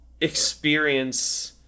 experience